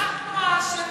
אנחנו האשמים.